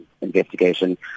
investigation